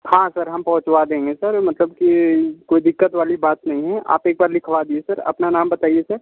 हाँ सर हम पहुँचवा देंगे सर मतलब की कोई दिक्कत वाली बात नहीं है आप एक बार लिखवा दीजिए सर अपना नाम बताइए सर